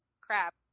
crap